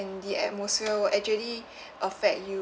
the atmosphere will actually affect you